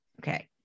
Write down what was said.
Okay